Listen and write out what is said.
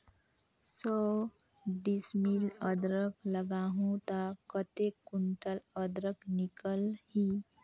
सौ डिसमिल अदरक लगाहूं ता कतेक कुंटल अदरक निकल ही?